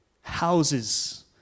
houses